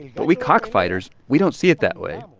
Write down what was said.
but we cockfighters we don't see it that way.